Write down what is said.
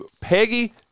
Peggy